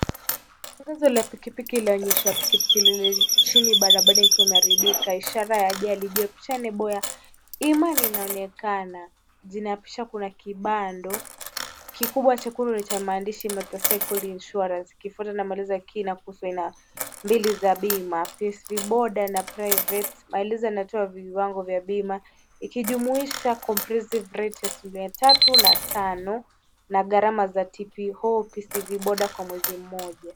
Tangazo la pikipiki linaonyesha imani inaonekana inapisha kuna kibando kikubwa cha matasekuli cha maandishi matasekuli insurance kifano na maliza kina kusema mbili za bima since the border and private maelezo yanatoa vibanga vya bima ikijumuisha comprehensive treatment tatu na tano na gharama za titi hope is the border kwa mwezi mmoja.